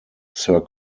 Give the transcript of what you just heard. sir